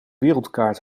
wereldkaart